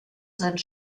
sind